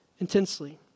intensely